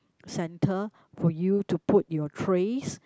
center for you to put your trays